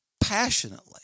passionately